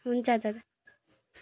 हुन्छ दादा